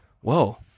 whoa